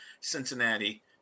Cincinnati